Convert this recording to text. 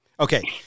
Okay